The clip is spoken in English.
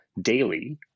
daily